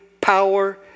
power